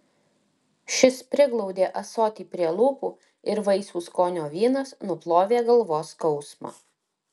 šis priglaudė ąsotį prie lūpų ir vaisių skonio vynas nuplovė galvos skausmą